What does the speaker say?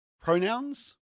Pronouns